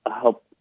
help